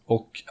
Och